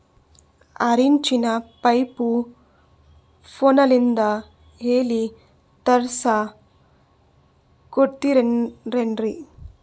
ಆರಿಂಚಿನ ಪೈಪು ಫೋನಲಿಂದ ಹೇಳಿ ತರ್ಸ ಕೊಡ್ತಿರೇನ್ರಿ?